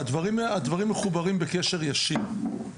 והדברים מחוברים בקשר ישיר.